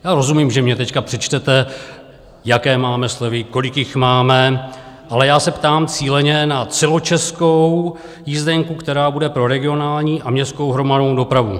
Já rozumím, že mně teď přečtete, jaké máme slevy, kolik jich máme, ale já se ptám cíleně na celočeskou jízdenku, která bude pro regionální a městskou hromadnou dopravu.